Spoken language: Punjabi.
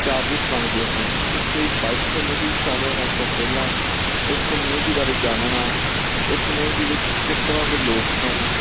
ਚਾਰਜਸ ਮੰਗਦੇ ਹਨ ਇਸ ਲਈ ਬਾਇਕਿੰਗ ਕਮਿਊਨਟੀ ਵਿੱਚ ਸ਼ਾਮਿਲ ਹੋਣ ਤੋਂ ਪਹਿਲਾਂ ਉਸ ਕਮਿਊਨਿਟੀ ਬਾਰੇ ਜਾਣਨਾ ਉਸ ਕਮਿਊਨਿਟੀ ਵਿੱਚ ਕਿਸ ਤਰ੍ਹਾਂ ਦੇ ਲੋਕ ਹਨ